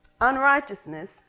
Unrighteousness